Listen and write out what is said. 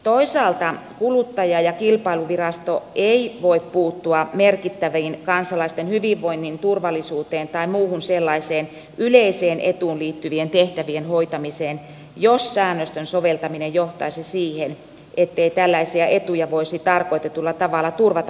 toisaalta kilpailu ja kuluttajavirasto ei voi puuttua merkittävien kansalaisten hyvinvointiin turvallisuuteen tai muuhun sellaiseen yleiseen etuun liittyvien tehtävien hoitamiseen jos säännösten soveltaminen johtaisi siihen ettei tällaisia etuja voisi tarkoitetulla tavalla turvata kansalaisille